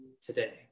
today